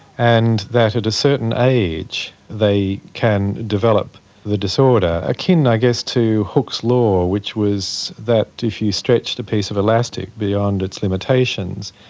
and that at a certain age they can develop the disorder, akin i guess to hooke's law which was that if you stretched a piece of elastic beyond its limitations,